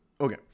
okay